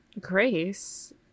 Grace